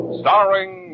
starring